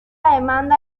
demanda